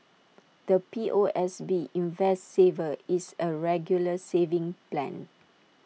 the P O S B invest saver is A regular savings plan